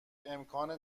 امکان